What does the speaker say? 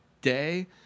day